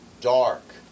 dark